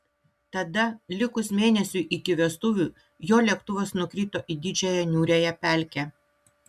tada likus mėnesiui iki vestuvių jo lėktuvas nukrito į didžiąją niūriąją pelkę